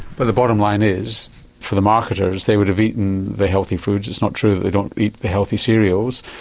but the bottom line is for the marketers they would have eaten the healthy foods, it's not true that they don't eat the healthy cereals,